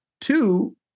Two